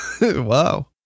Wow